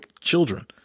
children